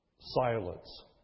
silence